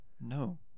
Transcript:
No